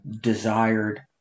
desired